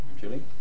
Julie